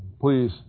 please